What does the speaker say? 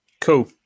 Cool